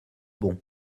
bons